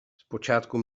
zpočátku